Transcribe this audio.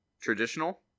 traditional